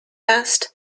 asked